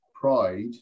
pride